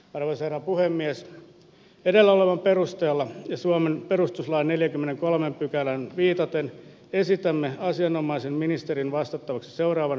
edellisellä puhemies edellä olevan perusteella suomen perustuslain neljä kymmenen kolmeen pykälään viitaten esitämme asianomaisen ministerin vasta seuraavan